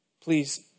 Please